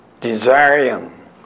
desiring